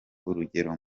urugero